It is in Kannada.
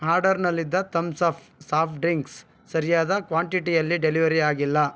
ಆರ್ಡರ್ನಲ್ಲಿದ್ದ ತಮ್ಸ್ ಆಫ್ ಸಾಫ್ಟ್ ಡ್ರಿಂಕ್ಸ್ ಸರಿಯಾದ ಕ್ವಾಂಟಿಟಿಯಲ್ಲಿ ಡೆಲಿವರಿ ಆಗಿಲ್ಲ